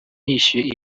yishyuye